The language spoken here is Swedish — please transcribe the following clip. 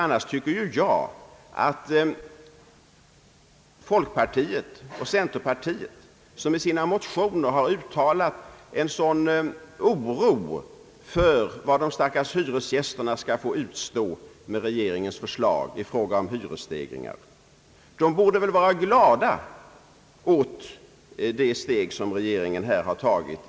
Annars tycker jag att folkpartiet och centerpartiet, som i sina motioner har uttalat en sådan oro för vad de stackars hyresgästerna kommer att få utstå med regeringens förslag i fråga om hyresstegringar, i dagens läge borde vara glada åt det steg som regeringen har tagit.